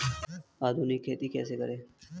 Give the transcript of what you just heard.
आधुनिक खेती कैसे करें?